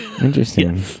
interesting